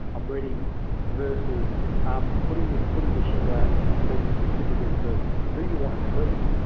i'm ready versus um putting it, putting your shingle out and and be specific as to who you want to treat.